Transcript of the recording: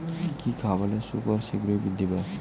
কি খাবালে শুকর শিঘ্রই বৃদ্ধি পায়?